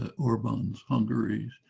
ah orban's hungary.